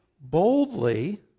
boldly